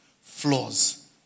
flaws